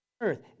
Earth